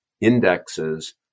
indexes